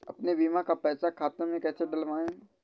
अपने बीमा का पैसा खाते में कैसे डलवाए?